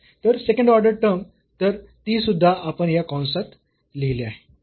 तर second order term तर ती सुद्धा आपण या कंसात लिहिले आहे